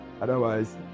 otherwise